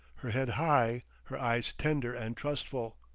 her head high, her eyes tender and trustful.